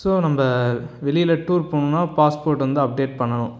so நம்ம வெளியில் tour போகணுன்னா பாஸ்போர்ட் வந்து அப்டேட் பண்ணணும்